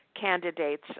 candidates